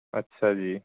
ਅੱਛਾ ਜੀ